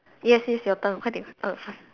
yes yes your turn 快点 err